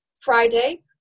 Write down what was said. Friday